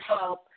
help